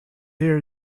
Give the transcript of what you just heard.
hear